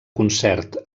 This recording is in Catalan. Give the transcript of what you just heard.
concert